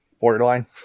Borderline